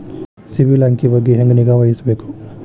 ಸಿಬಿಲ್ ಅಂಕಿ ಬಗ್ಗೆ ಹೆಂಗ್ ನಿಗಾವಹಿಸಬೇಕು?